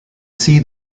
see